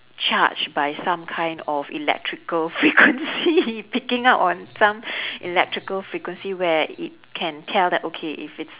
charged by some kind of electrical frequency picking up on some electrical frequency where it can tell that okay if it's